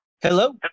Hello